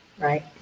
Right